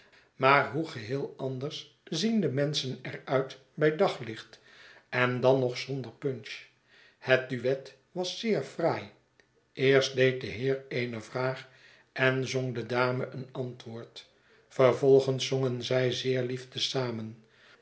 maar hoe geheel anders zien de menschen er uit bij daglicht en dan zonder punch het duet was zeer fraai eerst deed de heer eene vraag en zong de dame een antwoord vervolgens zongen zij zeer lief te zamcn